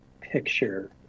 picture